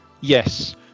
Yes